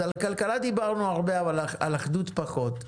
אז על כלכלה דיברנו הרבה, אבל על אחדות פחות.